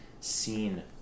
seen